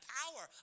power